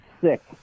sick